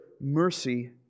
mercy